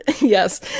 yes